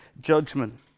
judgment